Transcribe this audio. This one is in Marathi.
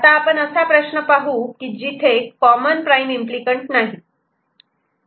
आता आपण असा प्रश्न पाहू की जिथे कॉमन प्राईम एम्पली कँट नाहीत